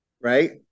Right